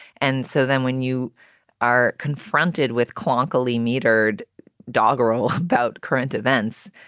and so then when you are confronted with crankily metered doggerel about current events,